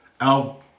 Al